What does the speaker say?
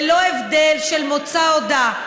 ללא הבדל של מוצא או דת,